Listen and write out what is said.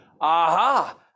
aha